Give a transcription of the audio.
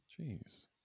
Jeez